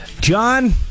John